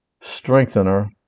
Strengthener